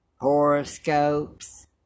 horoscopes